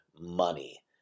money